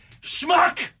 schmuck